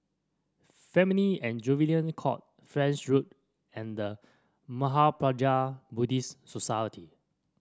Family and Juvenile Court French Road and The Mahaprajna Buddhist Society